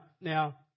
now